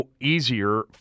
easier